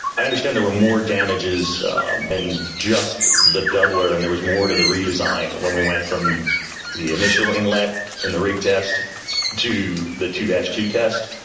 i understand there were more damages than just the doubler, and there was more to the redesign when we went from the initial inlet in the rig test to the two dash two test.